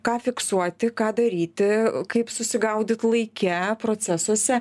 ką fiksuoti ką daryti kaip susigaudyt laike procesuose